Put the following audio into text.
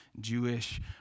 Jewish